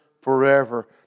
forever